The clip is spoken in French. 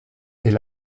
est